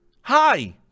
Hi